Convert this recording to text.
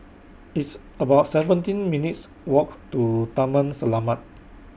It's about seventeen minutes' Walk to Taman Selamat